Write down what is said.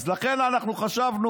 אז לכן חשבנו,